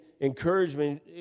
encouragement